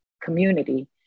community